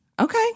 Okay